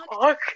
fuck